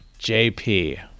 JP